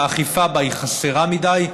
שהאכיפה בה חסרה מדי.